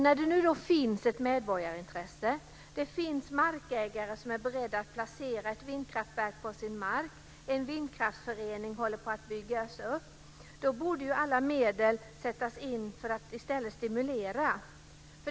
När det nu finns ett medborgarintresse, markägare som är beredda att placera ett vindkraftverk på sin mark och en vindkraftsförening håller på att bildas, då borde alla medel sättas in för att i stället stimulera.